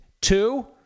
Two